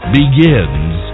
begins